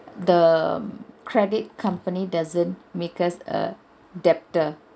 the credit company doesn't make us a debtor